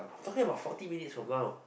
I talking about forty minutes from now